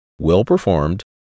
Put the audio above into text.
well-performed